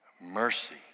Mercy